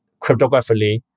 cryptographically